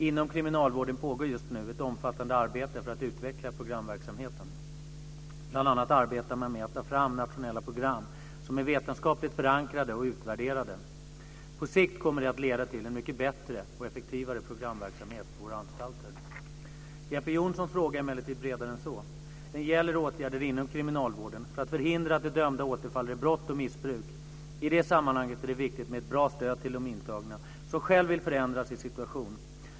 Inom kriminalvården pågår just nu ett omfattande arbete för att utveckla programverksamheten. Bl.a. arbetar man med att ta fram nationella program som är vetenskapligt förankrade och utvärderade. På sikt kommer det att leda till en mycket bättre och effektivare programverksamhet på våra anstalter. Jeppe Johnssons fråga är emellertid bredare än så. Den gäller åtgärder inom kriminalvården för att förhindra att de dömda återfaller i brott och missbruk. I det sammanhanget är det viktigt med ett bra stöd till de intagna som själva vill förändra sin situation.